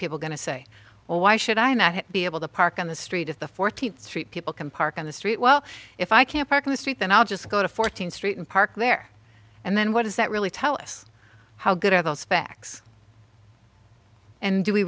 people going to say well why should i not be able to park on the street if the fourteenth street people can park on the street well if i can't park in the street then i'll just go to fourteenth street and park there and then what does that really tell us how good are those specs and do we